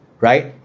right